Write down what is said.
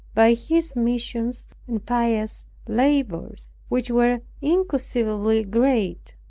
by his missions and pious labors, which were inconceivably great.